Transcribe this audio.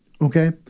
okay